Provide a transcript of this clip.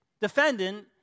defendant